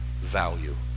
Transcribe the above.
value